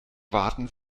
waten